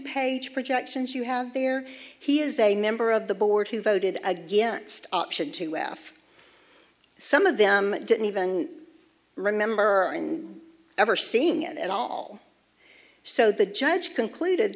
page projections you have there he is a member of the board who voted against option two f some of them didn't even remember ever seeing it at all so the judge concluded